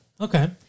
okay